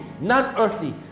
non-earthly